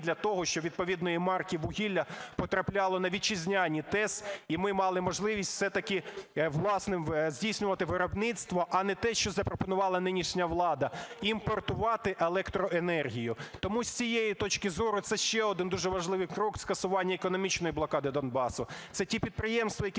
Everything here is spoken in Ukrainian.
для того, щоб відповідної марки вугілля потрапляло на вітчизняні ТЕС, і ми мало можливість все-таки власне здійснювати виробництво, а не те, що запропонувала нинішня влада – імпортувати електроенергію. Тому з цієї точки зору це ще один дуже важливий крок скасування економічної блокади Донбасу. Це ті підприємства, які